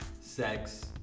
sex